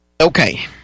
okay